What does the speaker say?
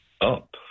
up